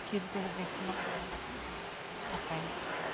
ᱯᱷᱤᱨ ᱛᱮᱫᱚ ᱵᱮᱥ ᱧᱚᱜ ᱜᱟᱞᱟᱝ ᱠᱟᱛᱮᱧ ᱠᱳᱞ ᱟᱯᱮᱭᱟ ᱱᱟᱯᱟᱭ ᱧᱚᱜ ᱜᱮ